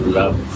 love